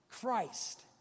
Christ